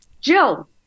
Jill